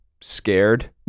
scared